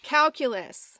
Calculus